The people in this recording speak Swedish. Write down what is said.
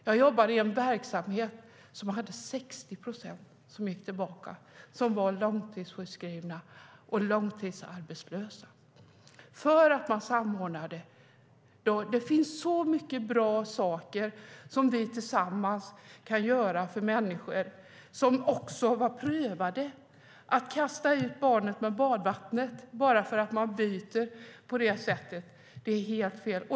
Jag jobbade i en verksamhet där 60 procent av de långtidssjukskrivna och långtidsarbetslösa kunde gå tillbaka, eftersom man samordnade. Det finns så mycket bra och beprövade saker som vi kan göra tillsammans för människor. Att kasta ut barnet med badvattnet bara för att man byter på det sättet är helt fel.